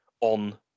on